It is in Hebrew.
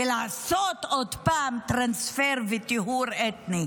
ולעשות עוד פעם טרנספר וטיהור אתני.